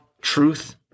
truth